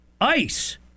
ICE